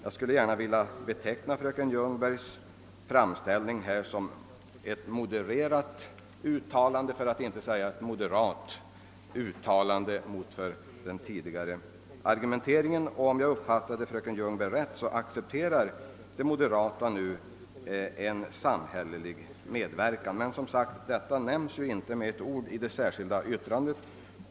Jag skulle gärna vilja beteckna fröken Ljungbergs framställning här som ett modererat för att inte säga ett moderat uttalande mot den tidigare av högern presterade argumenteringen. Om jag uppfattade fröken Ljungberg rätt accepterar de moderata nu en samhällelig medverkan i bostadsproduktionen. Men, som sagt, detta omnämnes inte med ett ord i det särskilda yttrandet.